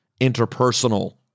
interpersonal